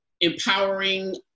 empowering